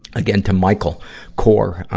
again to michael corr,